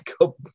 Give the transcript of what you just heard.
go